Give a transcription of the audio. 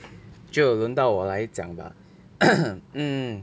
就轮到我来讲吧